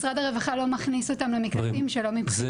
משרד הרווחה לא מכניס אותן למקלטים שלא --- חברים,